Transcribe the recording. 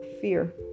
fear